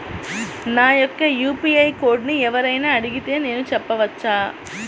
నా యొక్క యూ.పీ.ఐ కోడ్ని ఎవరు అయినా అడిగితే నేను చెప్పవచ్చా?